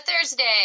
Thursday